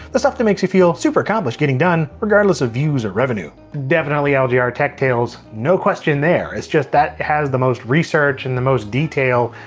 the stuff that makes you feel super accomplished getting done, regardless of views or revenue? definitely ah lgr ah tech tales, no question there. it's just that has the most research and the most detail,